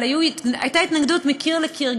אבל הייתה התנגדות מקיר לקיר,